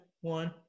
one